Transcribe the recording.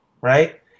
right